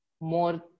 more